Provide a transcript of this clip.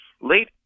late